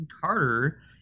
Carter